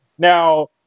Now